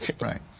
Right